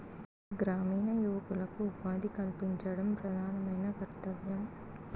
గ్రామీణ యువకులకు ఉపాధి కల్పించడం ప్రధానమైన కర్తవ్యం